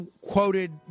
quoted